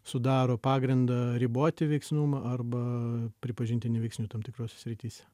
sudaro pagrindą riboti veiksnumą arba pripažinti neveiksniu tam tikrose srityse